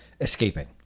escaping